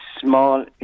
small